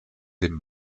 dem